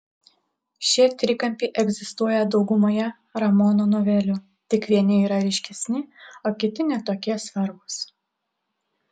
šie trikampiai egzistuoja daugumoje ramono novelių tik vieni yra ryškesni o kiti ne tokie svarbūs